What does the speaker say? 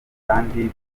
kandi